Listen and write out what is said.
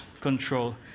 control